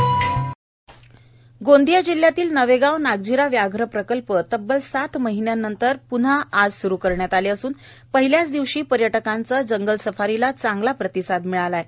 नवेगाव नागझिरा गोंदिया जिल्ह्यातील नवेगाव नागझिरा व्याघ्र प्रकल्प तब्ब्ल सात महिन्या नंतर प्न्हा आज सुरु करण्यात आले असून पहिल्याच दिवशी पर्यटकांचं जंगलसफारीला चांगला प्रतिसाद मिळाला आहे